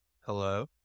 Hello